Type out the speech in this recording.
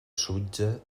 sutja